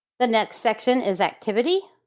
the next section is activity.